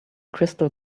crystal